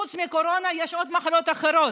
חוץ מקורונה יש עוד מחלות אחרות,